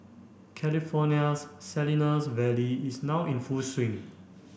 California's Salinas Valley is now in full swing